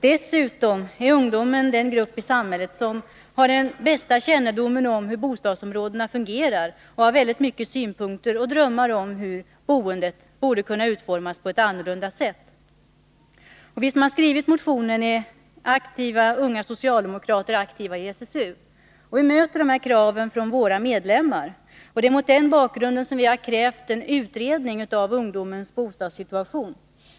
Dessutom är ungdomen den grupp i samhället som har den bästa kännedomen om hur bostadsområdena fungerar och som har många synpunkter på och drömmar om hur boendet borde kunna utformas på ett annat sätt. Vi som har skrivit motionen är unga socialdemokrater aktiva i SSU. Vi möter bostadspolitiska krav från våra medlemmar. Det är mot denna bakgrund som vi har krävt en utredning av ungdomens bostadssituation.